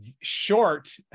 short